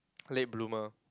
late bloomer